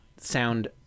Sound